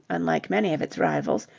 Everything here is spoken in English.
unlike many of its rivals,